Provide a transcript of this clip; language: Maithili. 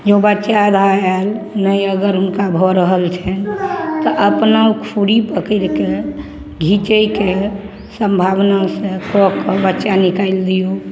जँ बच्चा बाहर आएल नहि अगर हुनका भऽ रहल छनि तऽ अपनहुँ खुर पकड़िके घीचैके सम्भावनासे कऽ कऽ बच्चा निकालि दिऔ